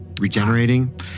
Regenerating